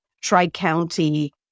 tri-county